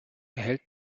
erhält